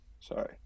Sorry